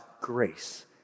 grace